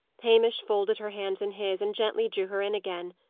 hamish folded her hands in his, and gently drew her in again.